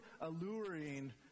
alluring